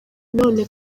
none